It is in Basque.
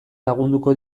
lagunduko